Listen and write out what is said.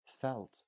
felt